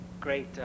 great